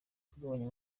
bakagabanya